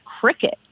cricket